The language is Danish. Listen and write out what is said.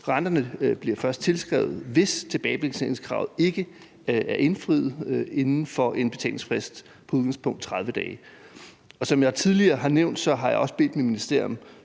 Renterne bliver først tilskrevet, hvis tilbagebetalingskravet ikke er indfriet inden for en betalingsfrist på som udgangspunkt 30 dage. Som jeg tidligere har nævnt, har jeg også bedt mit ministerium